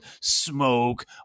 smoke